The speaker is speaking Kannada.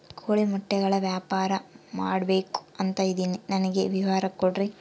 ಕೋಳಿ ಮೊಟ್ಟೆಗಳ ವ್ಯಾಪಾರ ಮಾಡ್ಬೇಕು ಅಂತ ಇದಿನಿ ನನಗೆ ವಿವರ ಕೊಡ್ರಿ?